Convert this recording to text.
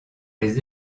les